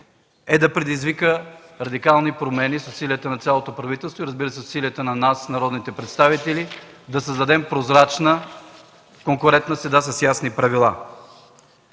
е да предизвика радикални промени с усилията на цялото правителство и, разбира се, с усилията на нас, народните представители, да създадем прозрачна, конкурентна среда с ясни правила.